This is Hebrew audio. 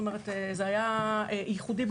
זה היה ייחודי,